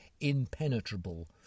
impenetrable